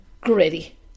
gritty